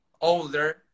older